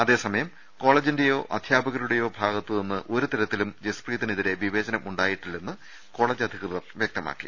അതേസമയം കോളേജിന്റെയോ അധ്യാപകരുടേയോ ഭാഗത്ത് നിന്ന് ഒരുതരത്തിലും ജസ്പ്രീതിനെതിരെ വിവേചന്റ് ഉണ്ടായിട്ടില്ലെന്ന് കോളജ് അധികൃതർ വ്യക്തമാക്കി